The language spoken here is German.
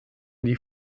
die